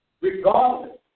regardless